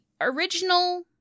original